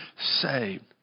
saved